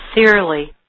Sincerely